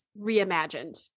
reimagined